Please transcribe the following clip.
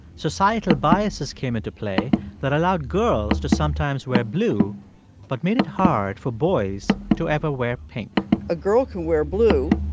societal biases came into play that allowed girls to sometimes wear blue but made it hard for boys to ever wear pink a girl can wear blue.